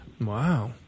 Wow